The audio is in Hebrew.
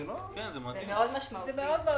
זה מאוד משמעותי.